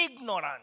ignorant